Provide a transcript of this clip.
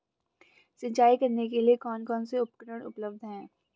सिंचाई करने के लिए कौन कौन से उपकरण उपलब्ध हैं?